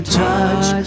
touch